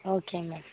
ஓகேங்க